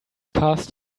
past